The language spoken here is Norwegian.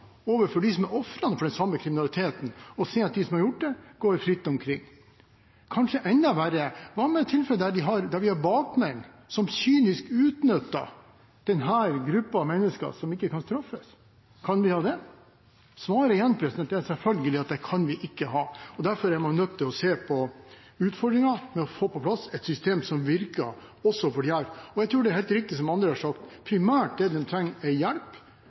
overfor dem som er ofre for den samme kriminaliteten, å se at de som har gjort det, går fritt omkring. Kanskje enda verre – hva med tilfeller der man har bakmenn som kynisk utnytter denne gruppen mennesker, som ikke kan straffes? Kan vi ha det? Svaret er igjen at det kan vi selvfølgelig ikke ha. Derfor er man nødt til å se på utfordringer og få på plass et system som virker også for disse. Og jeg tror det er helt riktig som andre har sagt, at det de primært trenger, er hjelp,